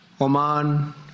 Oman